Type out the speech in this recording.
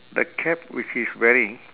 the cap which he's wearing